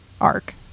arc